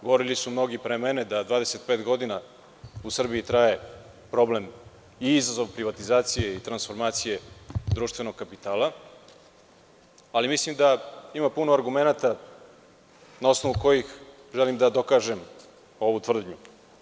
Govorili su mnogi pre mene da 25 godina u Srbiji traje problem i izazov privatizacije i transformacije društvenog kapitala, ali mislim da ima puno argumenata na osnovu kojih želim da dokažem ovu tvrdnju.